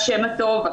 השם הטוב.